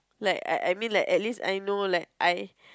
like I I I mean like at least I know like I